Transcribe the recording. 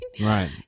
right